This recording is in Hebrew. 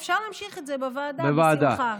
אפשר להמשיך את זה בוועדה בשמחה.